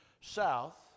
south